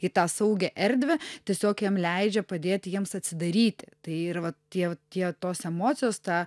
į tą saugią erdvę tiesiog jiem leidžia padėti jiems atsidaryti tai ir va tie tie tos emocijos ta